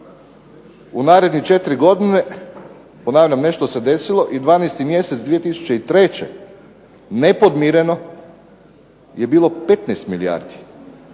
u narednih četiri godine, ponavljam nešto se desilo i 12. mjesec 2003. nepodmireno je bilo 15 milijardi.